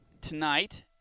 tonight